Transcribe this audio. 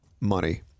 money